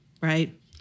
right